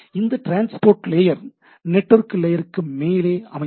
இந்த transport layer network லேயருக்கு மேலே அமைந்துள்ளது